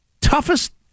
toughest